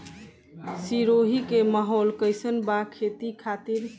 सिरोही के माहौल कईसन बा खेती खातिर?